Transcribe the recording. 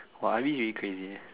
!wah! I_B is really crazy eh